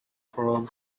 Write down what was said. proverb